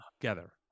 together